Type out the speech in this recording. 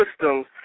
systems